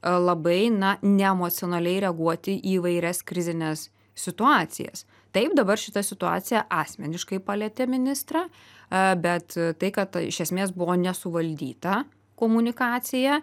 labai na ne emocionaliai reaguoti į įvairias krizines situacijas taip dabar šita situacija asmeniškai palietė ministrą a bet tai kad iš esmės buvo nesuvaldyta komunikacija